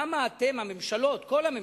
למה אתן, הממשלות, כל הממשלות,